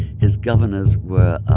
his governors were